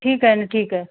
ठीक आहे ना ठीक आहे